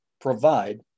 provide